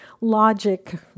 logic